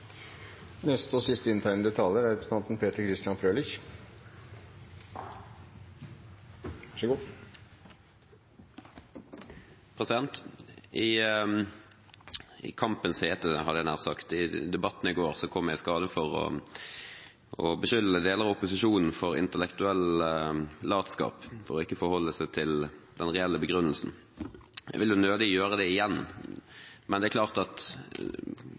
I kampens hete, hadde jeg nær sagt, i debatten i går, kom jeg i skade for å beskylde lederen av opposisjonen for intellektuell latskap, for ikke å forholde seg til den reelle begrunnelsen. Jeg vil nødig gjøre det igjen, men deler av opposisjonen har klart forholdt seg litt snevert til den begrunnelsen som vi faktisk opererer med når det kommer til valg av prosentsats. I merknadene står det helt klart at